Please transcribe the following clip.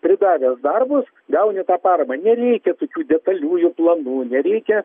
pridavęs darbus gauni tą paramą nereikia tokių detaliųjų planų nereikia